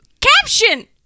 caption